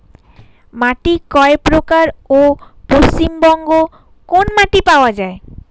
মাটি কয় প্রকার ও পশ্চিমবঙ্গ কোন মাটি পাওয়া য়ায়?